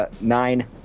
Nine